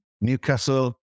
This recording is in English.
Newcastle